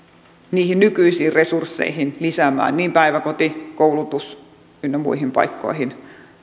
niihin nykyisiin resursseihin lisäämään päiväkoti koulutus ynnä muihin paikkoihin